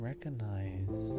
Recognize